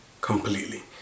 completely